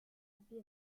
pie